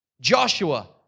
Joshua